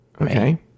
Okay